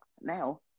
now